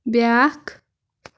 بیٛاکھ